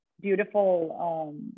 beautiful